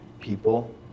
people